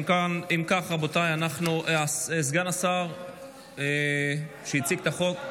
אם כך, רבותיי, אנחנו, סגן השר שהציג את החוק,